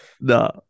No